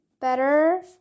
better